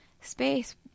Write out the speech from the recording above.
space